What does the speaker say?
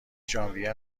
ژانویه